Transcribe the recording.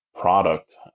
product